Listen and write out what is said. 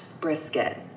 brisket